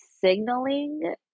signaling